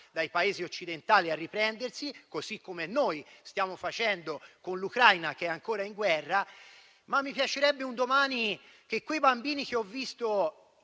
dai Paesi occidentali a riprendersi, così come noi stiamo facendo con l'Ucraina che è ancora in guerra. Mi piacerebbe un domani che quei bambini che ho visto